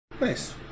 Nice